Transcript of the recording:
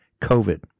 COVID